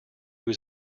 was